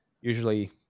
usually